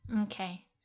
Okay